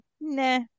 Nah